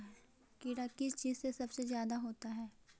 कीड़ा किस चीज से सबसे ज्यादा होता है?